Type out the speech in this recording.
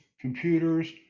computers